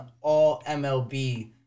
All-MLB